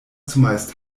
zumeist